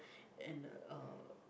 and uh